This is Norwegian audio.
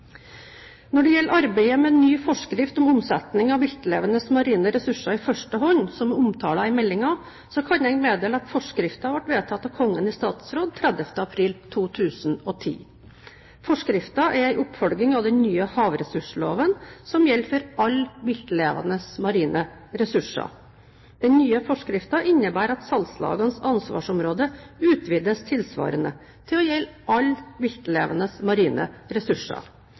Når det gjelder arbeidet med ny forskrift om omsetning av viltlevende marine ressurser i første hånd, som er omtalt i meldingen, kan jeg meddele at forskriften ble vedtatt av Kongen i statsråd 30. april 2010. Forskriften er en oppfølging av den nye havressursloven som gjelder for alle viltlevende marine ressurser. Den nye forskriften innebærer at salgslagenes ansvarsområde utvides tilsvarende, til å gjelde alle viltlevende marine ressurser.